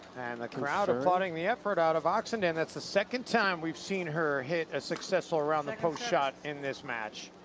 and the crowd applauding the effort out of oxenden. that's the second time we've seen her hit a successful around-the-post shot in this match.